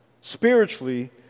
spiritually